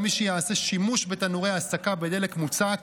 שקלים על מי שיעשה שימוש בתנורי הסקה בדלק מוצק.